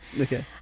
Okay